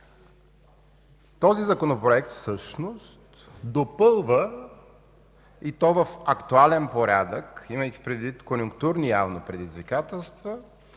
този Законопроект всъщност допълва, и то в актуален порядък, имайки предвид конюнктурни, явно, предизвикателства